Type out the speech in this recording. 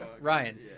Ryan